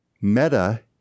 meta